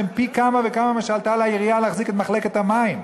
שהם פי כמה וכמה ממה שעלה לעירייה להחזיק את מחלקת המים,